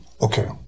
Okay